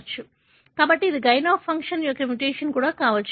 కాబట్టి ఇది gain of function యొక్క మ్యుటేషన్ కూడా కావచ్చు